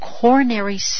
coronary